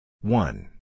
one